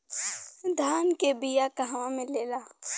धान के बिया कहवा मिलेला?